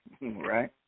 Right